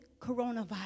coronavirus